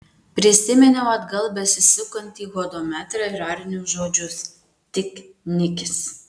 prisiminiau atgal besisukantį hodometrą ir arnio žodžius tik nikis